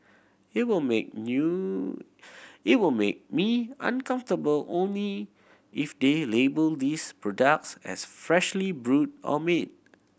it will make you it will make me uncomfortable only if they label these products as freshly brewed or made